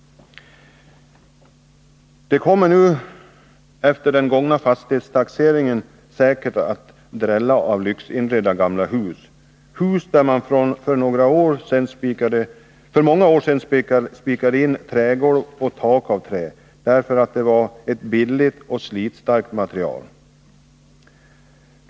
Det kommer nu efter den gångna fastighetstaxeringen att drälla av lyxinredda gamla hus, hus där man för många år sedan spikade in trägolv och tak av trä, därför att det var ett billigt och slitstarkt material.